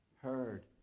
heard